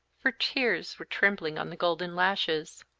for tears were trembling on the golden lashes.